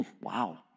Wow